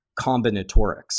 combinatorics